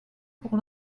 pour